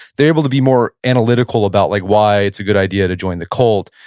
they're able to be more analytical about like why it's a good idea to join the cult,